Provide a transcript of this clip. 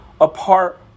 apart